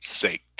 sake